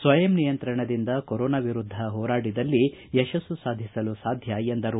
ಸ್ವಯಂ ನಿಯಂತ್ರಣದಿಂದ ಕೊರೋನಾ ವಿರುದ್ದ ಹೋರಾಡಿದಲ್ಲಿ ಯಶಸ್ನು ಸಾಧಿಸಲು ಸಾಧ್ಯ ಎಂದರು